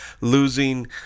losing